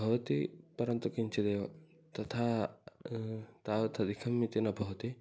भवति परन्तु किञ्चिदेव तथा तावत् अधिकम् इति न भवति